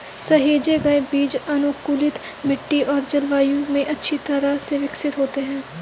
सहेजे गए बीज अनुकूलित मिट्टी और जलवायु में अच्छी तरह से विकसित होते हैं